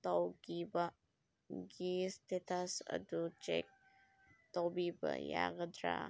ꯇꯧꯈꯤꯕꯒꯤ ꯏꯁꯇꯦꯇꯁ ꯑꯗꯨ ꯆꯦꯛ ꯇꯧꯕꯤꯕ ꯌꯥꯒꯗ꯭ꯔꯥ